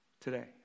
today